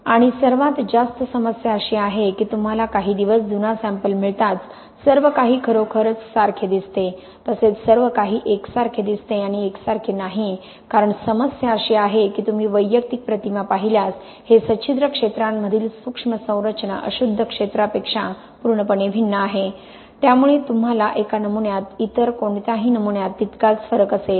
आणि सर्वात जास्त समस्या अशी आहे की तुम्हाला काही दिवस जुना सॅम्पल मिळताच सर्वकाही खरोखरच सारखे दिसते तसेच सर्व काही एकसारखे दिसते आणि एकसारखे नाही कारण समस्या अशी आहे की तुम्ही वैयक्तिक प्रतिमा पाहिल्यास हे सच्छिद्र क्षेत्रांमधील सूक्ष्म संरचना अशुध्द क्षेत्रापेक्षा पूर्णपणे भिन्न आहे त्यामुळे तुम्हाला एका नमुन्यात इतर कोणत्याही नमुन्यात तितकाच फरक असेल